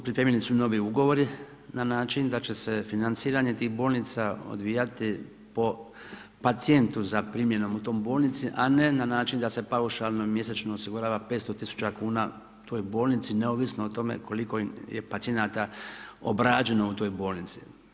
Pripremljeni su novi ugovori na način da će se financiranje tih bolnica odvijati po pacijentu zaprimljenom u toj bolnici, a ne na način da se paušalno mjesečno osigurava 500 tisuća kuna toj bolnici, neovisno o tome koliko je pacijenata obrađeno u toj bolnici.